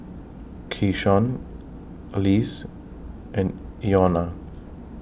Keyshawn Alize and Ilona